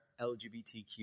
LGBTQ